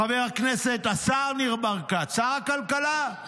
חבר הכנסת השר ניר ברקת, שר הכלכלה,